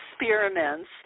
experiments